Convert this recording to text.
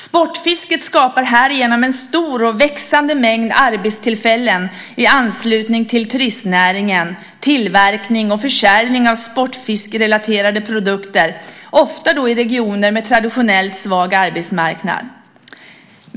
Sportfisket skapar härigenom en stor och växande mängd arbetstillfällen i anslutning till turistnäringen, tillverkning och försäljning av sportfiskerelaterade produkter, ofta i regioner med traditionellt svag arbetsmarknad.